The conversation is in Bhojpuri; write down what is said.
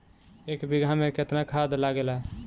एक बिगहा में केतना खाद लागेला?